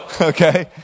Okay